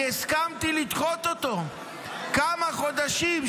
אני הסכמתי לדחות אותו בכמה חודשים,